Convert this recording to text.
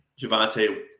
Javante